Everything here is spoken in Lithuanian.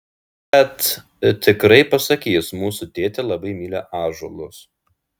bet tikrai pasakys mūsų tėtė labai myli ąžuolus